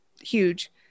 huge